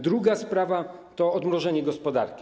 Druga sprawa to odmrożenie gospodarki.